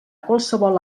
qualsevol